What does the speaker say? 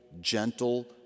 gentle